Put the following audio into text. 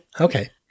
Okay